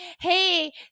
hey